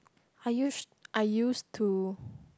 I used I used to